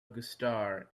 gustar